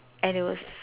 and it was